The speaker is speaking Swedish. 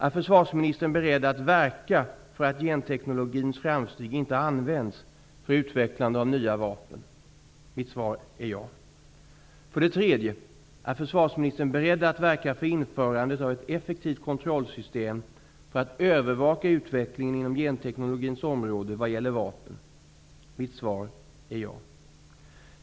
Är försvarsministern beredd att verka för att genteknologins framsteg inte används för utvecklande av nya biologiska vapen? Mitt svar är ja. 3. Är försvarsministern beredd att verka för införandet av ett effektivt kontrollsystem för att övervaka utvecklingen inom genteknologins område vad gäller vapen? Mitt svar är ja.